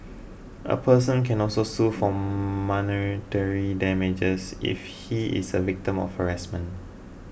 a person can also sue for monetary damages if he is a victim of harassment